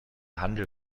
handel